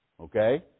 okay